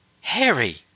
Harry